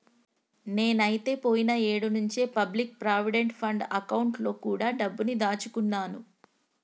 నేనైతే పోయిన ఏడు నుంచే పబ్లిక్ ప్రావిడెంట్ ఫండ్ అకౌంట్ లో కూడా డబ్బుని దాచుకున్నాను